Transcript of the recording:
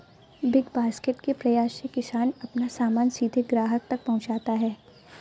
big Basket के प्रयास से किसान अपना सामान सीधे ग्राहक तक पहुंचाता है